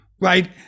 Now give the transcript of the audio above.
right